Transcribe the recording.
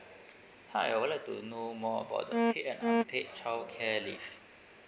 hi I would like to know more about paid and unpaid childcare leave